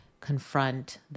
confront